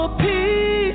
peace